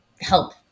help